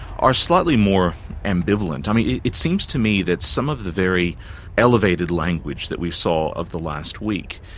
are slightly more ambivalent. i mean, it it seems to me that some of the very elevated language that we saw over the last week,